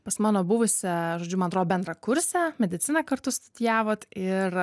pas mano buvusią žodžiu man atrodo bendrakursę medicinoj kartu studijavot ir